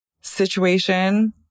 situation